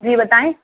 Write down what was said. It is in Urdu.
جی بتائیں